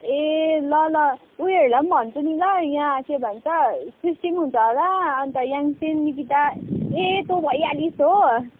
ए ल ल ऊ योहरूलाई पनि भन्छु नि ल यहाँ के भन्छ सृष्टि पनि हुन्छ होला अन्त याङ्छेन निकिता ए तँ भइहालिस् हो